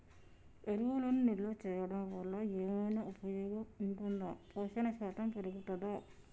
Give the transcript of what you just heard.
ఎరువులను నిల్వ చేయడం వల్ల ఏమైనా ఉపయోగం ఉంటుందా పోషణ శాతం పెరుగుతదా?